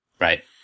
Right